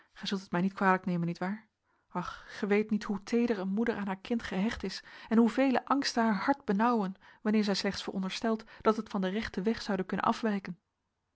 gij zult het mij niet kwalijk nemen nietwaar ach gij weet niet hoe teeder een moeder aan haar kind gehecht is en hoe vele angsten haar hart benauwen wanneer zij slechts veronderstelt dat het van den rechten weg zoude kunnen afwijken